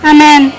Amen